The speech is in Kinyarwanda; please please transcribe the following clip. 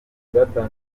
baturanye